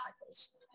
cycles